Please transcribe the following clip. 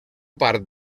part